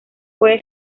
puede